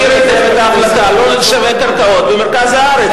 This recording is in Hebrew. מכיר את ההחלטה לא לשווק קרקעות במרכז הארץ.